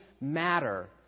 matter